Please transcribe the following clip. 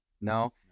No